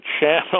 channel